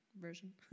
version